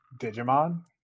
Digimon